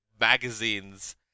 magazines